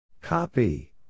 Copy